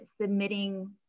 submitting